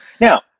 now